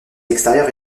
extérieure